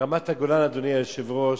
ברמת-הגולן, אדוני היושב-ראש,